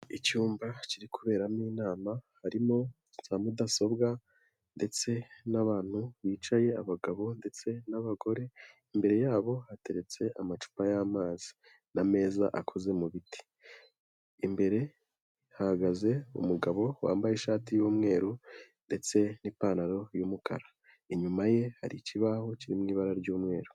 Icyumba kiri kuberamo inama, harimo za mudasobwa ndetse n'abantu bicaye abagabo ndetse n'abagore, imbere yabo hateretse amacupa y'amazi n'amezaza akoze mu biti, imbere hahagaze umugabo wambaye ishati y'umweru ndetse n'ipantaro y'umukara, inyuma ye hari ikibaho kiri mu ibara ry'umweru.